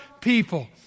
people